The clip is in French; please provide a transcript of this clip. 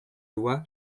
loi